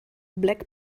black